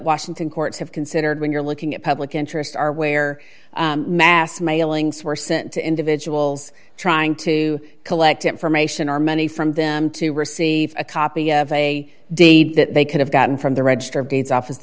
washington courts have considered when you're looking at public interest are where mass mailings were sent to individuals trying to collect information are many from them to receive a copy of a deed that they could have gotten from the register of gates's office